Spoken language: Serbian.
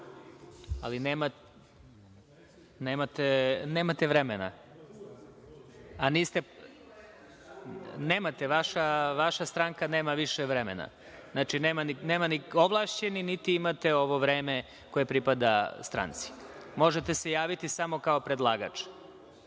Ja.)Nemate vremena. Vaša stranka nema više vremena. Nema ni ovlašćeni, niti imate ovo vreme koje pripada stranci. Možete se javiti samo kao predlagač.